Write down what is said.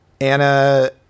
Anna